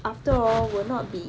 after all will not be